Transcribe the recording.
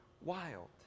wild